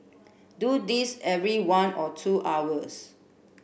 do this every one or two hours